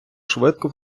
швидко